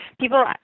People